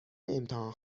امتحان